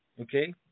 Okay